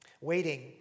Waiting